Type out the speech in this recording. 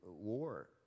war